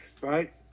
Right